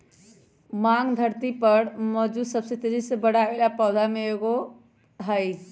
भांग धरती पर मौजूद सबसे तेजी से बढ़ेवाला पौधा में से एगो हई